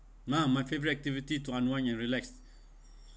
my my favourite activity to unwind and relax